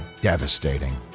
devastating